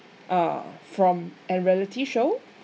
uh from and reality show